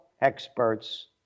experts